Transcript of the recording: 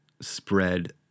spread